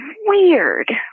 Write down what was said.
weird